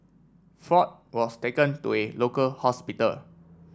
Ford was taken to a local hospital